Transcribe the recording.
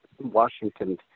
Washington